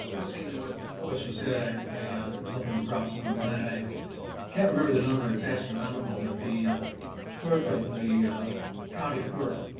listening to what what you said, ah there was something crops into my mind. and i can't remember the number it's astronomical but the clerk of the county court,